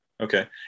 Okay